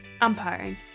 Umpiring